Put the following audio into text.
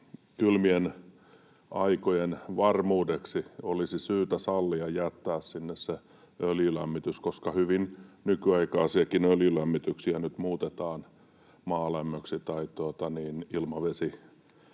kylmien aikojen varmuudeksi olisi syytä sallia jättää sinne se öljylämmitys, koska hyvin nykyaikaisiakin öljylämmityksiä nyt muutetaan maalämmöksi tai ilmavesilämmöksi.